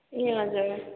ए हजुर